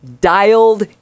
Dialed